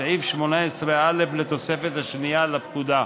סעיף 18(א) לתוספת השנייה לפקודה.